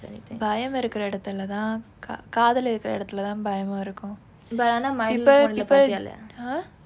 பயம் இருக்கிற இடத்தில் தான் கா காதல் இருக்கிற இடத்தில தான் பயமும் இருக்கும்:payam irukkira idathil thaan kaa kaathal irukkira idathila thaan payamum irukkum people people !huh!